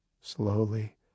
Slowly